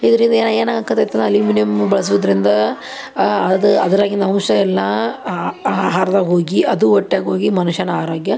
ಇದರಿಂದ ಏನು ಏನಾಗಾಕ್ಕತ್ತೈತಿ ಅಂದ್ರೆ ಅಲ್ಯುಮಿನಿಯಮ್ ಬಳಸೋದ್ರಿಂದ ಆ ಅದು ಅದ್ರಾಗಿನ ಅಂಶ ಎಲ್ಲ ಆ ಆಹಾರ್ದಾಗ ಹೋಗಿ ಅದು ಹೊಟ್ಯಾಗ ಹೋಗಿ ಮನುಷ್ಯನ ಆರೋಗ್ಯ